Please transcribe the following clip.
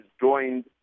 joined